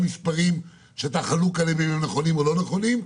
מספרים שאתה חלוק עליהם אם הם נכונים או לא נכונים,